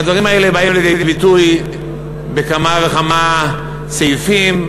והדברים האלה באים לידי ביטוי בכמה וכמה סעיפים.